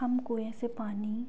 हम कुएँ पानी